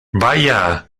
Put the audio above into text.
vaya